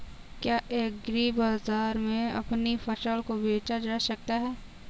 क्या एग्रीबाजार में अपनी फसल को बेचा जा सकता है?